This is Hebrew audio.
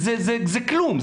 זה כלום,